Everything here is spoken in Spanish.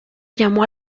llamó